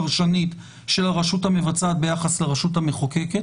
הפרשנית של הרשות המבצעת ביחס לרשות המחוקקת.